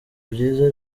byiza